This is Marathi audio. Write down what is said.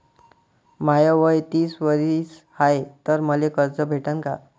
माय वय तीस वरीस हाय तर मले कर्ज भेटन का?